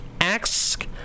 ask